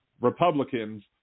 Republicans